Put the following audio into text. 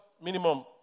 minimum